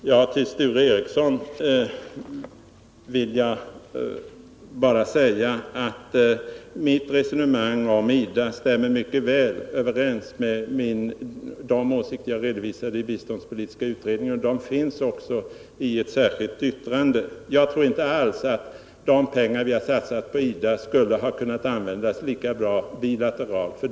Till Sture Ericson vill jag säga att mitt resonemang om IDA stämmer mycket väl överens med de åsikter jag redovisade i biståndspolitiska utredningen i ett särskilt yttrande. Jag tror inte alls att de pengar vi satsat på IDA skulle ha kunnat användas lika bra bilateralt.